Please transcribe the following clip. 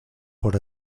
por